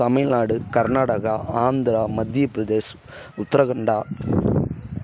தமிழ்நாடு கர்நாடகா ஆந்திரா மத்திய பிரதேஷ் உத்தரகண்டா